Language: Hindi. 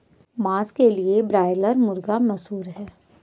मांस के लिए ब्रायलर मुर्गा मशहूर है